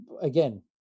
again